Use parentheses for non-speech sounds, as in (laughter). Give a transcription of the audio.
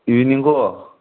(unintelligible)